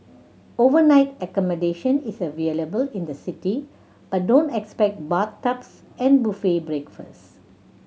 overnight accommodation is available in the city but don't expect bathtubs and buffet breakfasts